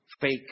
fake